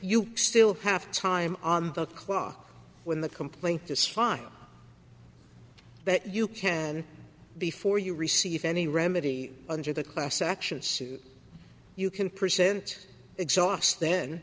you still have time on the clock when the complaint is filed but you can before you receive any remedy under the class action suit you can present exhaust th